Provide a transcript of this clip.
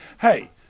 Hey